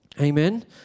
Amen